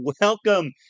welcome